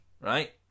right